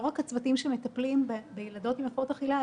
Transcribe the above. רק הצוותים שמטפלים בילדות עם הפרעות אכילה,